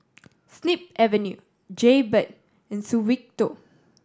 Snip Avenue Jaybird and Suavecito